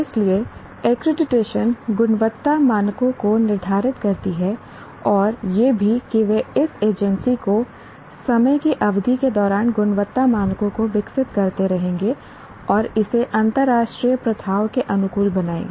इसलिए एक्रीडिटेशन गुणवत्ता मानकों को निर्धारित करती है और यह भी कि वे इस एजेंसी को समय की अवधि के दौरान गुणवत्ता मानकों को विकसित करते रहेंगे और इसे अंतर्राष्ट्रीय प्रथाओं के अनुकूल बनाएंगे